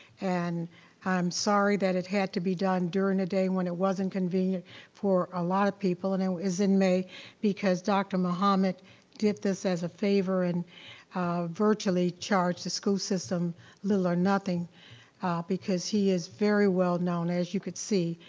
and and i'm sorry that it had to be done during the day when it wasn't convenient for a lot of people and it is in may because dr. muhammad did this as a favor and virtually charged the school system little or nothing because he is very well known, as you could see,